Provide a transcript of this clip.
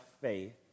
faith